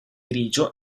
grigio